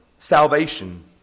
salvation